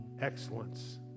excellence